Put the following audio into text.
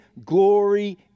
glory